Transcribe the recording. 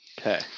okay